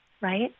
right